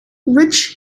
rich